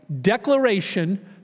declaration